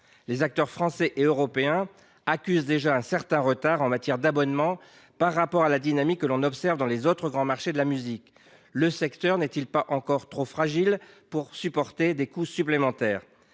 les acteurs français et européens accusent déjà un certain retard en matière d’abonnement par rapport à la dynamique observée dans les autres grands marchés de la musique. Le secteur n’est il pas encore trop fragile pour supporter des coûts supplémentaires ?